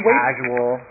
casual